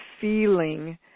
feeling